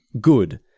good